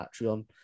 Patreon